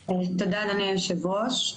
תודה, אדוני יושב הראש.